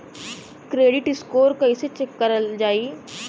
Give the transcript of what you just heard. Credit score कइसे check करल जायी?